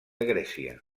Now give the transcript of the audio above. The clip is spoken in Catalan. grècia